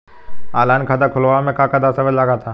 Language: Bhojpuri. आनलाइन खाता खूलावे म का का दस्तावेज लगा ता?